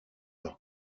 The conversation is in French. alors